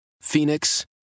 phoenix